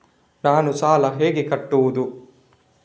ನಾನು ಸಾಲ ಹೇಗೆ ಕಟ್ಟುವುದು?